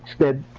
good